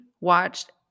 watched